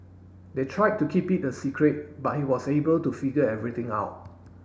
they tried to keep it a secret but he was able to figure everything out